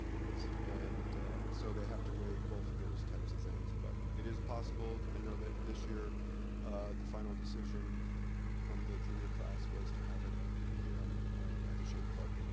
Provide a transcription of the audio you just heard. and so they have to weigh both of those types of things but it is possible i know that this year the final decision from the junior class was to have it it here on at the shape club